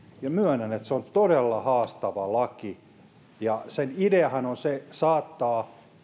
ja myönnän että se on todella haastava laki sen ideanahan on saattaa